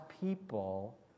people